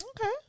Okay